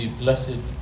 blessed